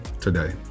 Today